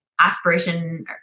aspiration